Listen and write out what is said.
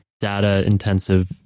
data-intensive